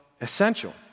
essential